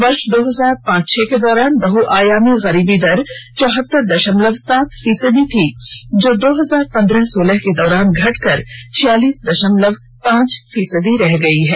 वर्ष दो हजार पांच छह के दौरान बहुआयामी गरीबी दर चौहत्तर दशमलव सात फीसदी थी जो दो हजार पन्द्रह सोलह के दौरान घटकर छियालीस दशमलव पांच फीसदी रह गई है